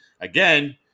again